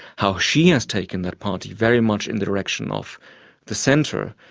how she has taken that party very much in the direction of the centre,